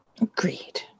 agreed